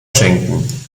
schenken